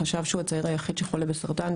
חשב שהוא הצעיר היחיד בישראל שחולה בסרטן.